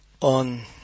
on